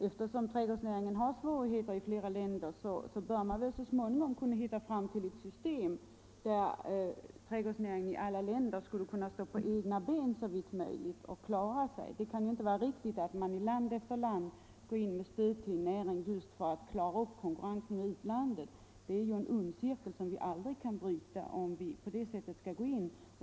Eftersom trädgårdsnäringen har det svårt i flera länder bör man väl försöka att så småningom hitta ett system där trädgårdsnäringen i alla länder så långt som möjligt kan stå på egna ben och klara sig. Det kan inte vara riktigt att man i land efter land går in med stöd till en näring just för att klara konkurrensen med utlandet. Om vi går in på det sättet får vi en ond cirkel, som vi aldrig kan bryta.